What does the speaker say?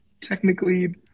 technically